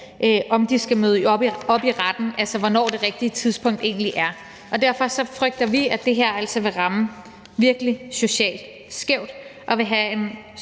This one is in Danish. om de skal møde op i retten, altså hvornår det rigtige tidspunkt egentlig er. Og derfor frygter vi, at det her altså virkelig vil ramme socialt skævt og vil have en